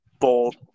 bold